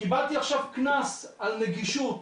קיבלתי עכשיו קנס על נגישות,